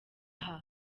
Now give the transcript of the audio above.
aha